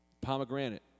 Pomegranate